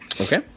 Okay